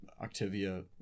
Octavia